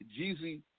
Jeezy